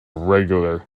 regular